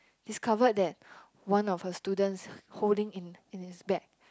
discover that one of her students holding in in his bag